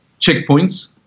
checkpoints